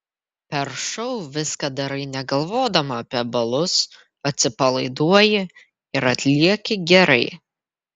per šou viską darai negalvodama apie balus atsipalaiduoji ir atlieki gerai